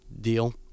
deal